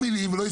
בוודאי.